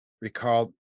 recalled